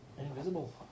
invisible